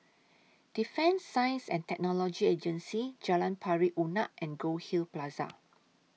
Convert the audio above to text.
Defence Science and Technology Agency Jalan Pari Unak and Goldhill Plaza